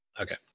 Okay